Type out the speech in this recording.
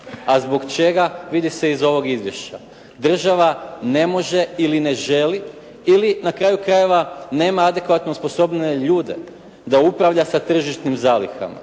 a zbog čega vidi se iz ovog Izvješća. Država ne može ili ne želi ili na kraju krajeva nema adekvatno osposobljene ljude da upravlja sa tržišnim zalihama.